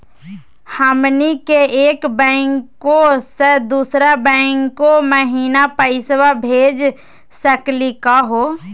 हमनी के एक बैंको स दुसरो बैंको महिना पैसवा भेज सकली का हो?